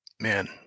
man